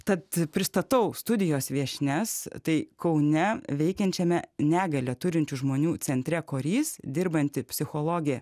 tad pristatau studijos viešnias tai kaune veikiančiame negalią turinčių žmonių centre korys dirbanti psichologė